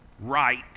right